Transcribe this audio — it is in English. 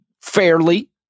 fairly